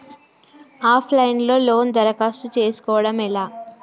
Of line లో loan దరఖాస్తు చేసుకోవడం ఎలా?